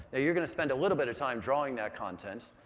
ah you're going to spend a little bit of time drawing that content.